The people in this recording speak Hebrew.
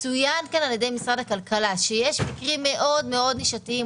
צוין כאן על ידי משרד הכלכלה שיש מקרים מאוד מאוד נישתיים,